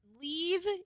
Leave